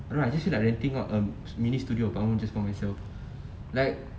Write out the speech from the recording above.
I don't know I just feel like renting out a mini studio apartment just for myself like